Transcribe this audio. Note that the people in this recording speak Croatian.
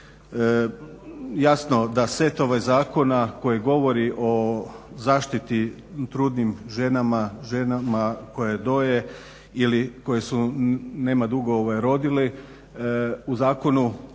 Jasno da set zakona koji govori o zaštiti trudnim ženama, ženama koje doje ili koje su nema dugo rodile u zakonu